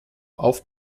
auf